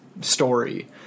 story